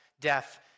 death